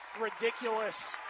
ridiculous